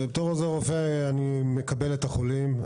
בתור עוזר רופא אני מקבל את החולים,